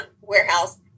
warehouse